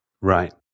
Right